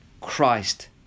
Christ